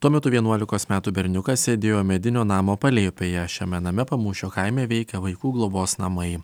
tuo metu vienuolikos metų berniukas sėdėjo medinio namo palėpėje šiame name pamūšio kaime veikia vaikų globos namai